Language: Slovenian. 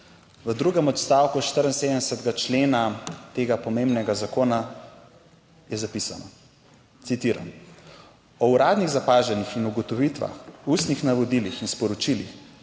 V drugem odstavku 74. člena tega pomembnega zakona je zapisano, citiram: "O uradnih zapažanjih in ugotovitvah, ustnih navodilih in sporočilih